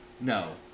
no